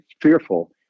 fearful